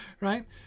right